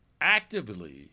actively